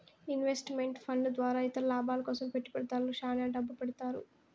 invest meant fund ద్వారా ఇతర లాభాల కోసం పెట్టుబడిదారులు శ్యాన డబ్బు పెడతారు